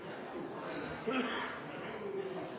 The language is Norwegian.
presidenten